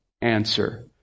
answer